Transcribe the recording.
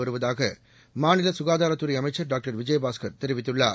வருவதாக மாநில சுகாதாரத்துறை அமைச்சர் டாக்டர் விஜயபாஸ்கர் தெரிவித்துள்ளார்